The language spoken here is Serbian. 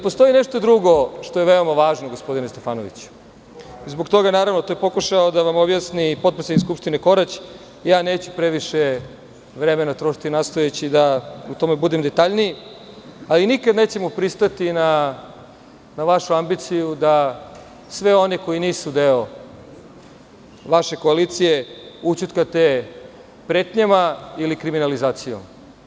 Postoji nešto drugo što je veoma važno, gospodine Stefanoviću, i zbog toga naravno, to je pokušao da vam objasni i potpredsednik skupštine, Korać, ja neću previše vremena trošiti nastojeći da u tome budem detaljniji, ali nikada nećemo pristati na vašu ambiciju da svi oni koji nisu deo vaše koalicije ućutkate pretnjama ili kriminalizacijom.